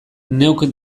neuk